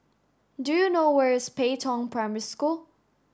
do you know where is Pei Tong Primary School